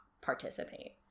participate